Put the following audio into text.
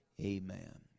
Amen